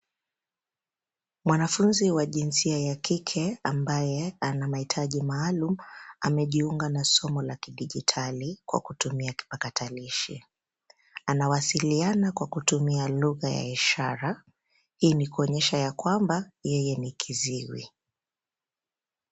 Mwanafunzi wa jinsia ya kike amabye ana mahitaji maalum amejiunga na somo la kidijitali kwa kutumia kipakatalishi anawasiliana kwa kutumia lugha ya ishara hii ni kuonyesha ya kwamba yeye ni kiziwi.